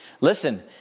Listen